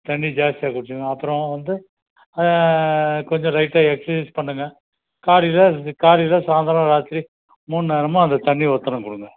தண்ணி ஜாஸ்த்தியாக குடிச்சுக்கோங்க அப்புறோம் வந்து கொஞ்சம் லைட்டாக எக்சசைஸ் பண்ணுங்க காலையில் இது காலையில் சாய்ந்தரோம் ராத்திரி மூணு நேரமும் அந்த தண்ணி ஒத்தடம் கொடுங்க